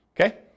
Okay